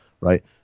right